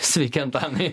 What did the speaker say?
sveiki antanai